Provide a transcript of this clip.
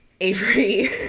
Avery